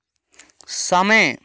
समय